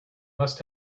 must